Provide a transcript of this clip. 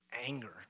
Anger